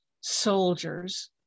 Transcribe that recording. soldiers